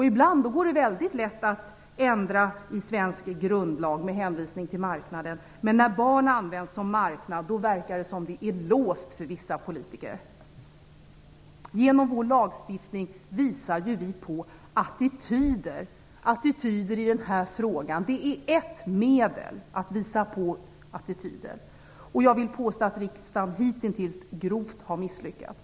Ibland går det väldigt lätt att ändra i svensk grundlag med hänvisning till marknaden, men när barn används som marknad verkar det som om det vore låst för vissa politiker. Genom vår lagstiftning visar vi ju på attityder i den här frågan. Den är ett medel att visa på attityder, och jag vill påstå att riksdagen hitintills grovt har misslyckats.